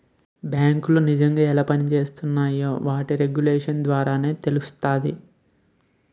బేంకులు నిజంగా ఎలా పనిజేత్తున్నాయో వాటి రెగ్యులేషన్స్ ద్వారానే తెలుత్తాది